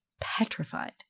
petrified